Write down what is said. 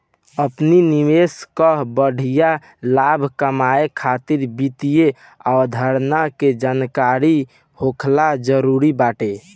अपनी निवेश कअ बढ़िया लाभ कमाए खातिर वित्तीय अवधारणा के जानकरी होखल जरुरी बाटे